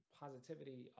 positivity